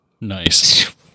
Nice